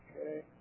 Okay